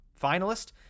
finalist